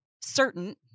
certain